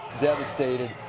devastated